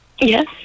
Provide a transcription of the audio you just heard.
Yes